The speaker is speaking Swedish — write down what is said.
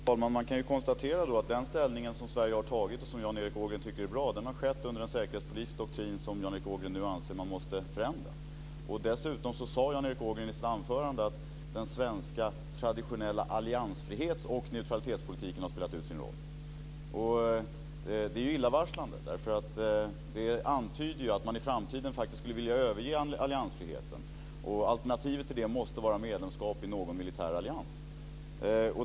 Fru talman! Man kan konstatera att den ställning som Sverige har tagit och som Jan Erik Ågren tycker är bra har skett under en säkerhetspolitisk doktrin som Jan Erik Ågren nu anser att man måste förändra. Dessutom sade Jan Erik Ågren i sitt anförande att den svenska traditionella alliansfrihets och neutralitetspolitiken har spelat ut sin roll. Det är illavarslande, därför att det antyder att man i framtiden faktiskt skulle vilja överge alliansfriheten. Alternativet till det måste vara medlemskap i någon militär allians.